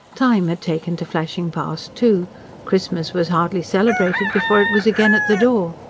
time had taken to flashing past, too christmas was hardly celebrated before it was again at the door.